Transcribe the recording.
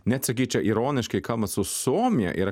net sakyčiau ironiškai kalbant su suomija ir